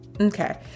Okay